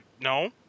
No